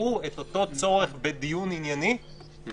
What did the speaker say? יבטאו את אותו צורך בדיון ענייני ולקחת